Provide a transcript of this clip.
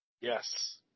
Yes